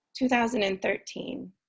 2013